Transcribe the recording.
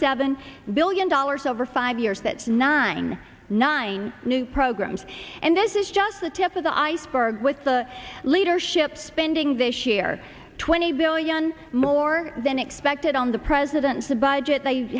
seven billion dollars over five years that's nine nine new programs and this is just the tip of the iceberg with the leadership spending this year twenty billion more than expected on the president to budget they